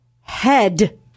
Head